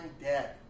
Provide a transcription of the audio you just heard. dead